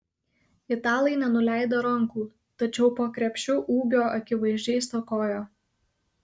italai nenuleido rankų tačiau po krepšiu ūgio akivaizdžiai stokojo